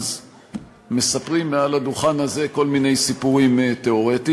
ואז מספרים מעל הדוכן הזה כל מיני סיפורים תיאורטיים,